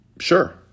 Sure